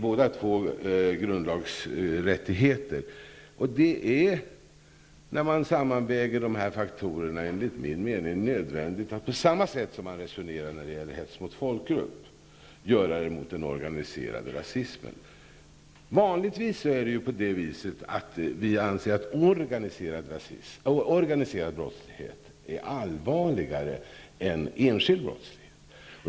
Båda två är grundlagsrättigheter. När man sammanväger dessa faktorer är det enligt min mening nödvändigt att resonera på samma sätt när det gäller den organiserade rasismen som när det gäller hets mot folkgrupp. Vanligtvis anser vi att organiserad brottslighet är allvarligare än enskild brottslighet.